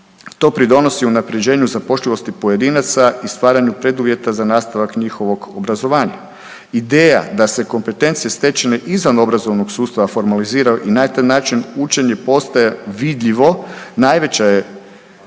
To pridonosi unapređenju zapošljivosti pojedinaca i stvaranju preduvjeta za nastavak njihovog obrazovanja. Ideja da se kompetencija stečene izvan obrazovnog sustava formaliziraju i na taj način učenje postaje vidljivo najveća je